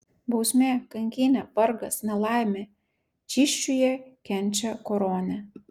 bausmė kankynė vargas nelaimė čysčiuje kenčia koronę